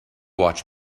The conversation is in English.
watch